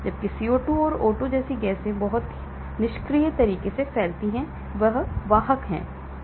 जबकि CO2 O2 जैसी गैसें बहुत निष्क्रिय तरीके से फैलती हैं यह वाहक है